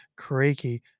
creaky